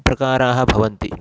प्रकाराः भवन्ति